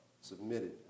submitted